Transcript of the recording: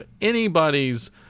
anybody's